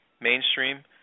mainstream